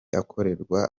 akorerwa